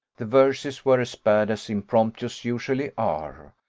the verses were as bad as impromptus usually are,